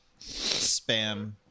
spam